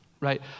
right